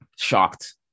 Shocked